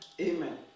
Amen